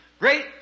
Great